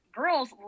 girls